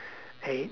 eight